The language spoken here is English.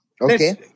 Okay